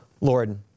Lord